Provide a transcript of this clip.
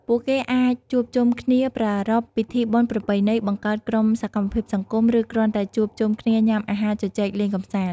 ពួកគេអាចជួបជុំគ្នាប្រារព្ធពិធីបុណ្យប្រពៃណី បង្កើតក្រុមសកម្មភាពសង្គម ឬគ្រាន់តែជួបជុំគ្នាញ៉ាំអាហារជជែកលេងកម្សាន្ត ។